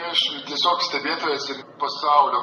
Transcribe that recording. aš tiesiog stebėtojas ir pasaulio